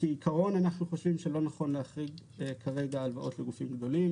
כעיקרון אנחנו חושבים שלא נכון להחריג כרגע הלוואות לגופים גדולים